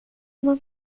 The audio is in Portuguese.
uma